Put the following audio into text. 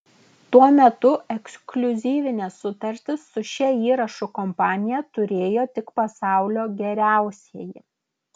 tuo metu ekskliuzyvines sutartis su šia įrašų kompanija turėjo tik pasaulio geriausieji